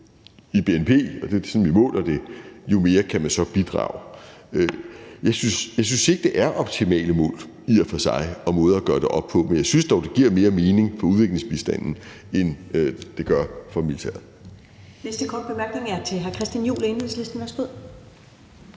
i bnp – og det er sådan, vi måler det – jo mere kan man så bidrage. Jeg synes i og for sig ikke, at det er den optimale måde at gøre det op på, men jeg synes dog, at det giver mere mening på udviklingsbistanden, end det gør på militæret.